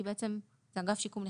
כי בעצם זה אגף שיקום נכים.